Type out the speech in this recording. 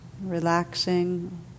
relaxing